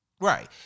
Right